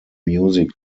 music